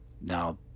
Now